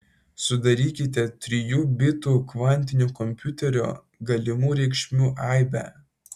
sudarykite trijų bitų kvantinio kompiuterio galimų reikšmių aibę